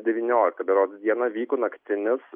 devynioliktą berods dieną vyko naktinis